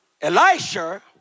Elisha